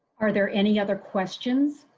are there any other questions.